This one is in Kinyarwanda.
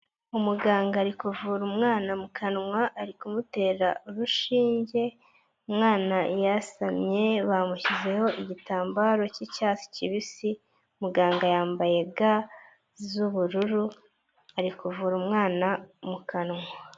Umuganga ari kuvura umwana mu kanwa, ari kumutera urushinge, umwana yasamye bamushyizeho igitambaro cy'icyatsi kibisi, muganga yambaye ga z'ubururu ari kuvura umwana mu kanwa.